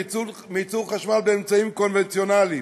מייצור חשמל באמצעים קונבנציונליים,